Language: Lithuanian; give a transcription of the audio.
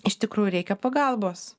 iš tikrųjų reikia pagalbos